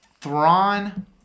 Thrawn